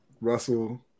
Russell